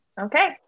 okay